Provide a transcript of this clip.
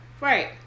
right